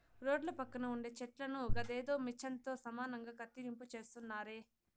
రోడ్ల పక్కన ఉండే చెట్లను గదేదో మిచన్ తో సమానంగా కత్తిరింపు చేస్తున్నారే